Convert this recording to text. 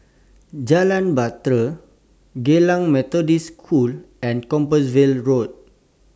Jalan Bahtera Geylang Methodist School and Compassvale Road